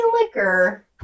liquor